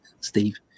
Steve